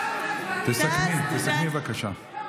הזמן עבר מזמן.